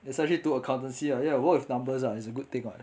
that's why 你去读 accountancy ah ya work with numbers lah it's a good thing [what]